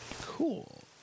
cool